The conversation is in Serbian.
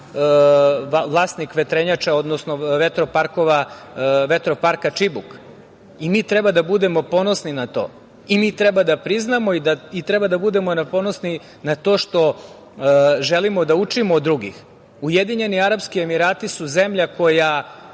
vlasnik vetrenjača odnosno vetroparka „Čibuk“ i mi treba da budemo ponosni na to i mi treba da priznamo i budemo ponosni na to što želimo da učimo od drugih. Ujedinjeni Arapski Emirati su zemlja koja,